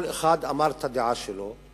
כל אחד אמר את הדעה שלו,